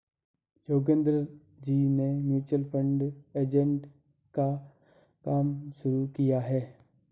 योगेंद्र जी ने mutual fund agent का काम शुरू किया है